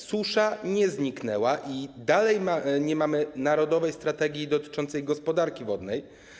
Susza nie zniknęła i dalej nie mamy narodowej strategii dotyczącej gospodarki wodnej.